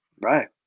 Right